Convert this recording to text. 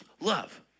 love